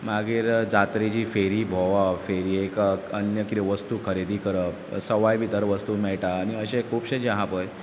मागीर जात्रेची फेरी भोंवप फेरयेक अन्य कितें वस्तू खरेदी करप सोवाय भितर वस्तू मेयटा आनी अशें खूबशें जें आहा पय